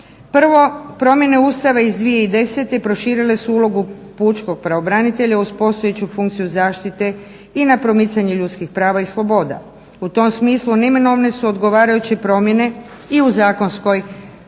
Prvo, promjene Ustava iz 2010. proširile su ulogu pučkog pravobranitelja uz postojeću funkciju zaštite i na promicanje ljudskih prava i sloboda. U tom smislu neminovne su odgovarajuće promjene i u zakonskoj